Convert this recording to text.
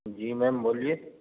جی ma'am بولیے